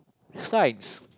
Science